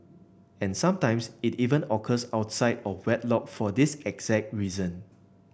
and sometimes it even occurs outside of wedlock for this exact reason